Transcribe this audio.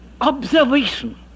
observation